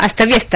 ಅಸ್ತವ್ಯಸ್ತ